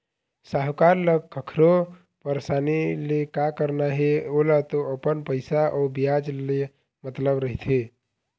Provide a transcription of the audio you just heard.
साहूकार ल कखरो परसानी ले का करना हे ओला तो अपन पइसा अउ बियाज ले मतलब रहिथे